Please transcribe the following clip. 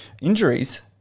injuries